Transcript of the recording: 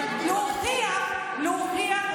כולם אומרים "לא סומכים על השופטים",